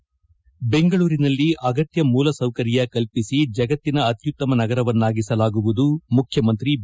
ದೆಂಗಳೂರಿನಲ್ಲಿ ಅಗತ್ತ ಮೂಲಸೌಕರ್ಯ ಕಲ್ಲಿಸಿ ಜಗತ್ತಿನ ಅತ್ತುತ್ತಮ ನಗರವನ್ನಾಗಿಸಲಾಗುವುದು ಮುಖ್ಯಮಂತ್ರಿ ಬಿ